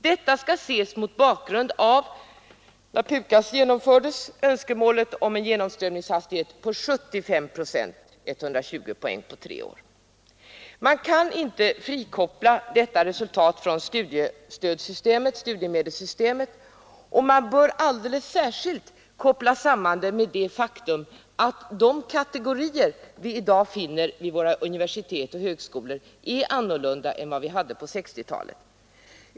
Detta skall ses mot bakgrund av önskemålet — när PUKAS genomfördes — om en sådan genomströmningshastighet att 75 procent uppnådde 120 poäng på tre år. Man kan inte frikoppla detta resultat från studiemedelssystemet, och man bör alldeles särskilt koppla samman det med det faktum att de kategorier vi i dag finner vid våra universitet och högskolor är annorlunda än de vi hade på 1960-talet.